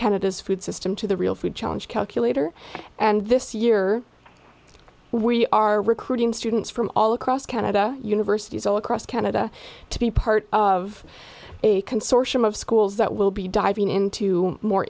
canada's food system to the real food challenge calculator and this year we are recruiting students from all across canada universities all across canada to be part of a consortium of schools that will be diving into more